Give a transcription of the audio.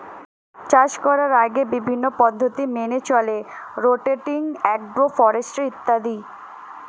চাষ করার আগে বিভিন্ন পদ্ধতি মেনে চলে রোটেটিং, অ্যাগ্রো ফরেস্ট্রি ইত্যাদি